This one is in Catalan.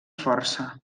força